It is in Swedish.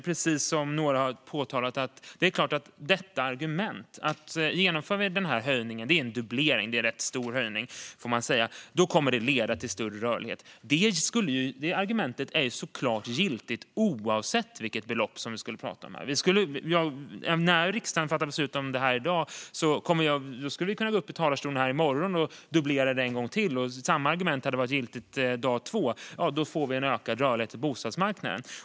Precis som några har påpekat är det klart att argumentet att höjningen - det är en dubblering, vilket är en rätt stor höjning - kommer att leda till större rörlighet är giltigt oavsett vilket belopp vi skulle tala om. Riksdagen ska fatta beslut om detta i dag. Jag skulle kunna gå upp i talarstolen här i morgon och argumentera för att dubblera beloppet en gång till. Samma argument hade varit giltigt dag två: Vi får en ökad rörlighet på bostadsmarknaden.